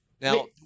now